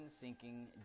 sinking